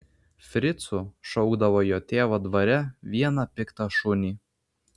fricu šaukdavo jo tėvo dvare vieną piktą šunį